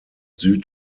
süd